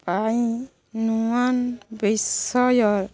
ପାଇଁ ନୂଆ ବିଷୟ